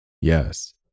Yes